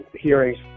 hearings